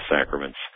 sacraments